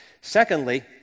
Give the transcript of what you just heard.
Secondly